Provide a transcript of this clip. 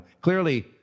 Clearly